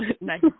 Nice